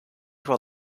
while